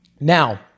Now